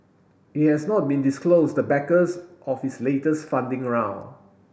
it has not been disclosed the backers of its latest funding round